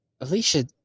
Alicia